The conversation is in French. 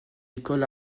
l’école